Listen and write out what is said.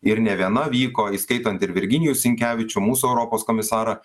ir ne viena vyko įskaitant ir virginijų sinkevičių mūsų europos komisarą